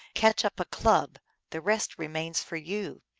catch up a club the rest remains for you!